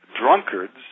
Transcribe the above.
drunkards